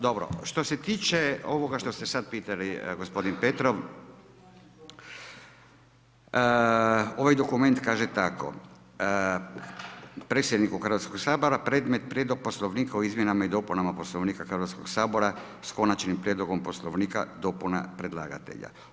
Dobro, što se tiče ovoga što ste sada pitali gospodine Petrov, ovaj dokument kaže tako, predsjedniku Hrvatskog sabora predmet Prijedlog Poslovnika o Izmjenama i dopunama Poslovnika Hrvatskoga sabora sa konačnim prijedlogom Poslovnika dopuna predlagatelja.